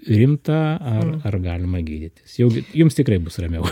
rimta ar ar galima gydytis jum jums tikrai bus ramiau